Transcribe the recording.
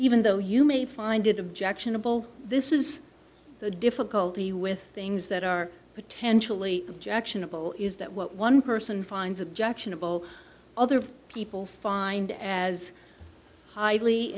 even though you may find it objectionable this is the difficulty with things that are potentially objectionable is that what one person finds objectionable other people find as highly